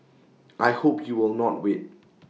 I hope you will not wait